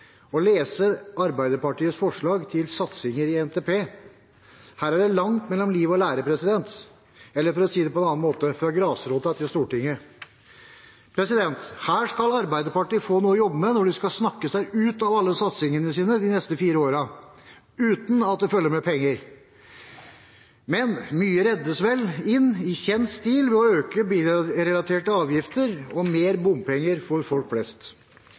og lese Arbeiderpartiets forslag til satsinger i NTP. Her er det langt mellom liv og lære – eller for å si det på en annen måte: fra grasrota til Stortinget. Her skal Arbeiderpartiet få noe å jobbe med når de skal snakke seg ut av alle satsingene sine de neste fire årene, uten at det følger med penger. Men mye reddes vel inn i kjent stil ved å øke bilrelaterte avgifter og med mer bompenger for folk flest.